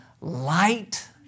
light